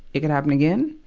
it could happen again,